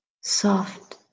soft